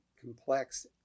complex